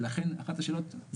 ולכן אחת השאלות,